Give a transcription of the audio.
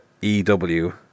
EW